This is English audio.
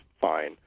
fine